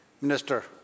Minister